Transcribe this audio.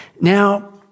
Now